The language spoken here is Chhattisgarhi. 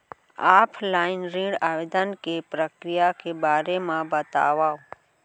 ऑफलाइन ऋण आवेदन के प्रक्रिया के बारे म बतावव?